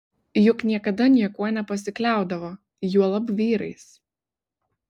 juk niekada niekuo nepasikliaudavo juolab vyrais